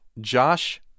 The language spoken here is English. Josh